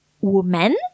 woman